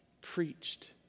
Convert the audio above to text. preached